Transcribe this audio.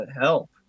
help